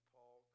Paul